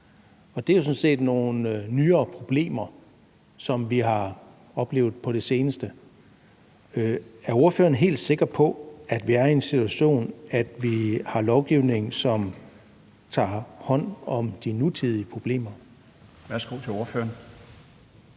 op. Det er jo sådan set nogle nyere problemer, som vi har oplevet på det seneste. Er ordføreren helt sikker på, at vi er i en situation, hvor vi har lovgivning, som tager hånd om de nutidige problemer? Kl. 16:23 Den